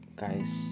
guys